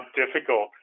difficult